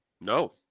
No